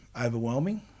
overwhelming